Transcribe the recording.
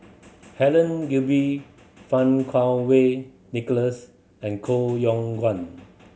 Helen Gilbey Fang Kuo Wei Nicholas and Koh Yong Guan